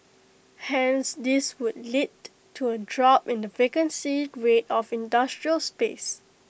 hence this would lead to A drop in the vacancy rate of industrial space